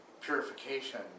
purification